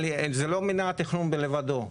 אבל זה לא מינהל התכנון לבדו.